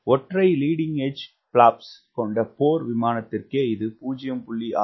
ஒற்றை leading edge flaps கொண்ட போர் விமானத்திற்கே இது 0